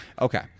Okay